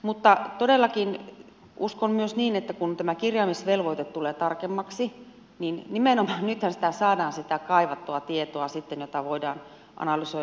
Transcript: mutta todellakin uskon myös niin että kun tämä kirjaamisvelvoite tulee tarkemmaksi niin nimenomaan nythän saadaan sitä kaivattua tietoa sitten jota voidaan analysoida